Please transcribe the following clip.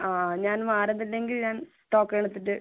ആ ആ ഞാൻ മാറുന്നില്ലെങ്കിൽ ഞാൻ ടോക്കൺ എടുത്തിട്ട്